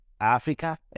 Africa